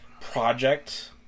project